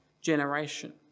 generation